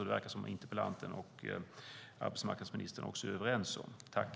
Det verkar som om interpellanten och arbetsmarknadsministern också är överens om det.